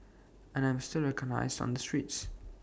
and I'm still recognised on the streets